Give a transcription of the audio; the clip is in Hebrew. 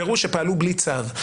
הפירוש שפעלו בלי צו.